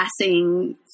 passing